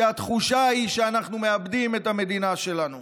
שהתחושה היא שאנחנו מאבדים את המדינה שלנו.